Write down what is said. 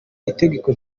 itegeko